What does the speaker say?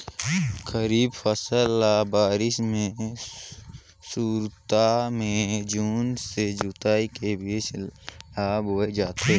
खरीफ फसल ल बारिश के शुरुआत में जून से जुलाई के बीच ल बोए जाथे